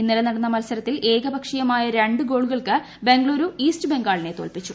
ഇന്നലെ നടന്ന മത്സരത്തിൽ ഏകപക്ഷീയമായ രണ്ട് ഗോളുകൾക്ക് ബംഗളൂരു ഈസ്റ്റ് ബംഗാളിനെ തോല്പിച്ചു